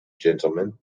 gentlemen